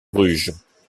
bruges